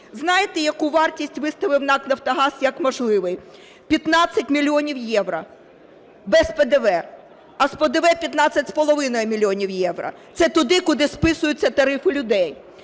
Знаєте, яку вартість виставив НАК "Нафтогаз" як можливу? 15 мільйонів євро без ПДВ, а з ПДВ – 15,5 мільйона євро. Це туди, куди списуються тарифи людей.